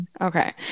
okay